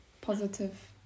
positive